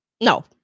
No